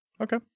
Okay